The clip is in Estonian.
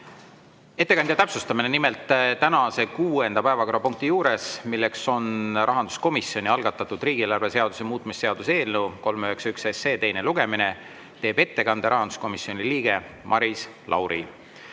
täpsustamine. Nimelt, tänase kuuenda päevakorrapunkti juures, mis on rahanduskomisjoni algatatud riigieelarve seaduse muutmise seaduse eelnõu 391 teine lugemine, teeb ettekande rahanduskomisjoni liige Maris Lauri. Ja